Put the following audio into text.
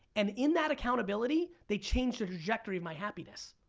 and in that accountability, they changed the trajectory of my happiness.